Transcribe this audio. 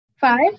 Five